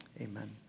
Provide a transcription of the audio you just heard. amen